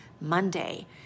Monday